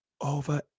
Over